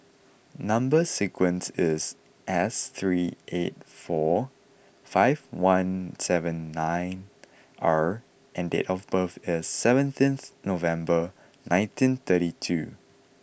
number sequence is S three eight four five one seven nine R and date of birth is seventeenth November nineteen thirty two